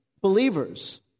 believers